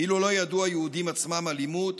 כאילו לא ידעו היהודים עצמם אלימות